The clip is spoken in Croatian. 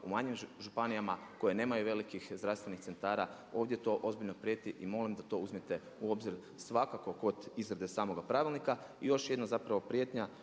u manjim županijama koje nemaju velikih zdravstvenih centara. Ovdje to ozbiljno prijeti i molim da to uzmete u obzir svakako kod izrade samoga pravilnika. I još jedna zapravo prijetnja